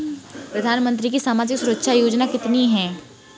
प्रधानमंत्री की सामाजिक सुरक्षा योजनाएँ कितनी हैं?